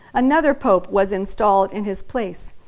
another pope was installed in his place.